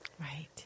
Right